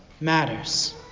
matters